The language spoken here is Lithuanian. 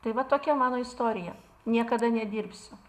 tai va tokia mano istorija niekada nedirbsiu